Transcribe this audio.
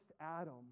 Adam